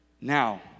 Now